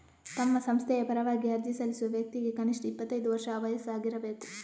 ತಮ್ಮ ಸಂಸ್ಥೆಯ ಪರವಾಗಿ ಅರ್ಜಿ ಸಲ್ಲಿಸುವ ವ್ಯಕ್ತಿಗೆ ಕನಿಷ್ಠ ಇಪ್ಪತ್ತೈದು ವರ್ಷ ವಯಸ್ಸು ಆಗಿರ್ಬೇಕು